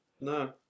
No